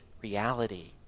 reality